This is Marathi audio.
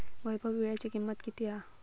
वैभव वीळ्याची किंमत किती हा?